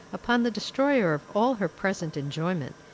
upon the destroyer of all her present enjoyment,